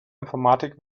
informatik